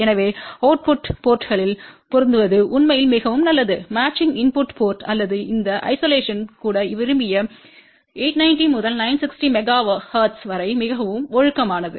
எனவே அவுட்புட்ட்டு போர்ட்ங்களில் பொருந்துவது உண்மையில் மிகவும் நல்லது மேட்சிங் இன்புட்ட்டு போர்ட் அல்லது இந்த ஐசோலேஷன் கூட விரும்பிய 890 முதல் 960 மெகா ஹெர்ட்ஸ் வரை மிகவும் ஒழுக்கமானது